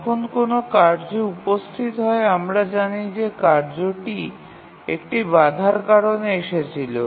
যখন কোনও কার্য উপস্থিত হয় আমরা জানি যে কার্যটি একটি বাধার কারণে এসেছিল